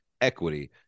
equity